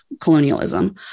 colonialism